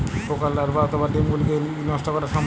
পোকার লার্ভা অথবা ডিম গুলিকে কী নষ্ট করা সম্ভব?